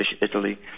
Italy